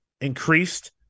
increased